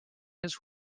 his